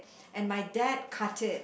and my dad cut it